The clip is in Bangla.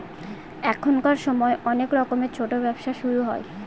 এখনকার সময় অনেক রকমের ছোটো ব্যবসা শুরু হয়